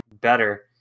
better